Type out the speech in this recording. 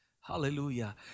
hallelujah